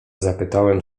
zapytałem